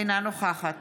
אינה נוכחת